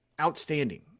outstanding